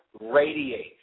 radiates